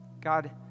God